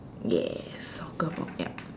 yes I'll go for app